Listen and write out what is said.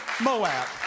Moab